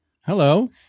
Hello